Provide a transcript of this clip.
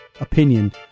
opinion